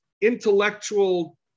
intellectual